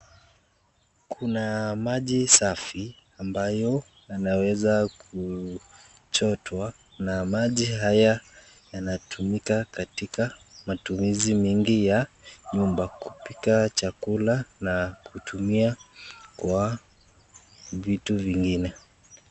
Kuna maji safi ambayo inaweza kuchotwa, na maji haya yanatumika katika matumizi ya kupika chakula na kutumia kwa vitu zingine .